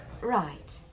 Right